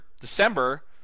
December